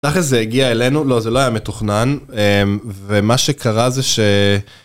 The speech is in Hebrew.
ככה זה הגיע אלינו, לא זה לא היה מתוכנן, ומה שקרה זה ש...